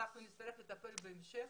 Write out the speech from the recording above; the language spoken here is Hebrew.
נצטרך לטפל בהמשך,